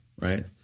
right